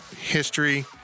history